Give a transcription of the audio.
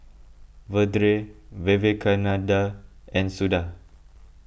Vedre Vivekananda and Suda